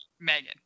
Megan